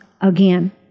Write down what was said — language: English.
again